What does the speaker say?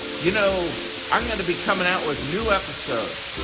you know i'm gonna be coming out with new episodes,